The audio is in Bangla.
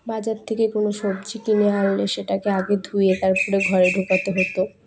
বাজার থেকে কোনো সবজি কিনে আনলে সেটাকে আগে ধুয়ে তারপরে ঘরে ঢোকাতে হতো